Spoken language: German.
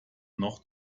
noch